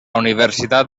universitat